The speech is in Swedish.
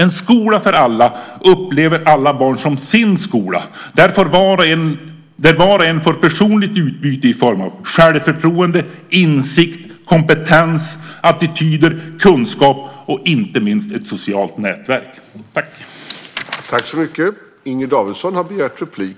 En skola för alla upplever alla barn som sin skola där var och en får personligt utbyte i form av självförtroende, insikt, kompetens, attityder, kunskap och inte minst ett socialt nätverk.